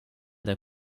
der